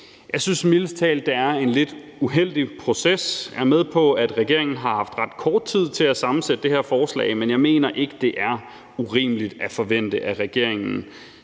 Jeg synes mildest talt, at det er en lidt uheldig proces. Jeg er med på, at regeringen har haft ret kort tid til at sammensætte det her forslag, men jeg mener ikke, det er urimeligt at forvente, at regeringen